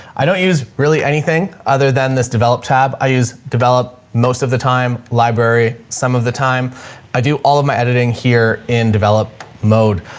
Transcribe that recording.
i don't use really anything other than this develop tab. i use develop most of the time library. some of the time i do all of my editing here in develop mode.